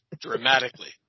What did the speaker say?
dramatically